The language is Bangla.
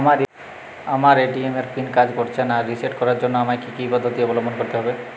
আমার এ.টি.এম এর পিন কাজ করছে না রিসেট করার জন্য আমায় কী কী পদ্ধতি অবলম্বন করতে হবে?